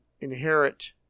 inherit